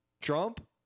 Trump